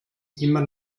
immer